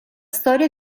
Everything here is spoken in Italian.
storia